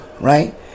Right